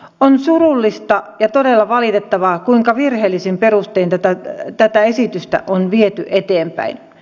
on surullista ja todella valitettavaa kuinka virheellisin perustein tätä esitystä on viety eteenpäin